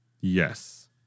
Yes